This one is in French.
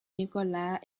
nikola